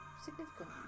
significant